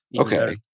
okay